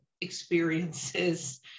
experiences